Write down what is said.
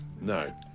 No